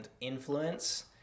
influence